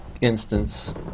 instance